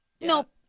nope